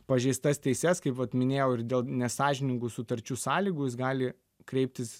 pažeistas teises kaip vat minėjau ir dėl nesąžiningų sutarčių sąlygų jis gali kreiptis